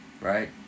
right